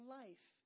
life